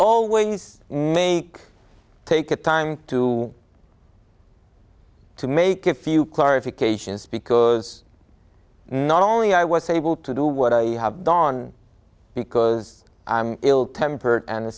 always make take the time to to make a few clarifications because not only i was able to do what i have gone because i'm ill tempered and